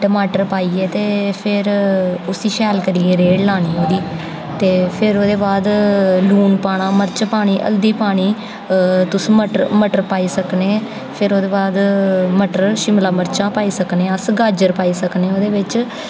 टमाटर पाइयै ते फिर उसी शैल करियै रेड़ लानी होंदी ते फिर ओह्दे बाद लून पाना मर्च पानी हल्दी पानी तुस मटर मटर पाई सकने फिर ओह्दे बाद मटर शिमला मर्चा पाई सकने अस गाजर पाई सकने ओह्दे बिच